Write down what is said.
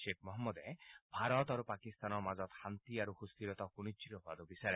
শ্বেখ মহম্মদে ভাৰত আৰু পাকিস্তানৰ মাজত শান্তি আৰু সুস্থিৰতা সম্পৰ্ক সুনিশ্চিত হোৱাটো বিচাৰে